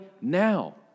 now